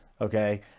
Okay